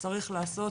אתה צריך לעשות